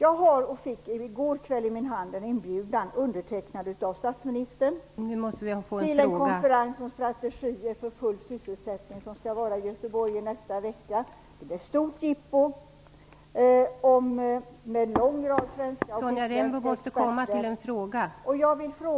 I går fick jag i min hand en inbjudan undertecknad av statsministern. Det gäller en konferens som skall hållas i Göteborg nästa vecka om full sysselsättning. Det är ett stort jippo med en lång rad svenska och utländska experter.